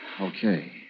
Okay